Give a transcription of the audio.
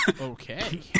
Okay